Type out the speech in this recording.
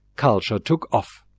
culture took off.